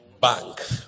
Bank